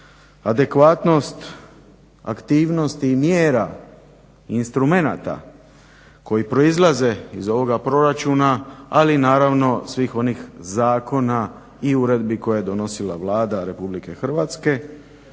adekvatnost aktivnosti i mjera i instrumenata koji proizlaze iz ovoga proračuna, ali naravno i svih onih zakona i uredbi koje je donosila Vlada Republike Hrvatske,